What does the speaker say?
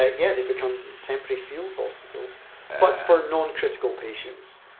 ah yeah they become temporary field hospitals but for non-critical patients.